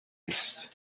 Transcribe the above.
نیست